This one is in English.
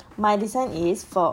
my reason is for